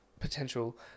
potential